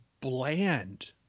bland